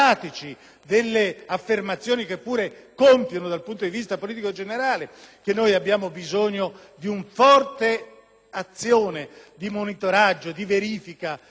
delle affermazioni che pure compiono dal punto di vista politico generale, è per questo, dicevo, che abbiamo bisogno di una forte azione di monitoraggio e di verifica, di